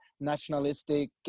nationalistic